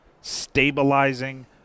stabilizing